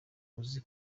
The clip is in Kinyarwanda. uzi